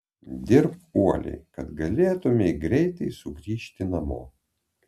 dirbk uoliai kad galėtumei greitai sugrįžti namo